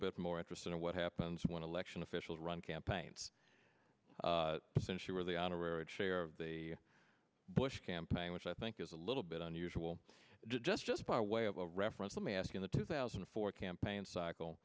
bit more interested in what happens when election officials run campaigns since you were the honorary chair of the bush campaign which i think is a little bit unusual just just by way of a reference let me ask in the two thousand and four campaign cycle